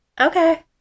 Okay